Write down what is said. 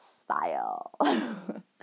style